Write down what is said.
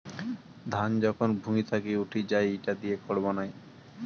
ধান যখন ভুঁই থাকি উঠি যাই ইটা দিয়ে খড় বানায়